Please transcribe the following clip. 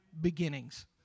beginnings